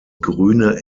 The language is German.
grüne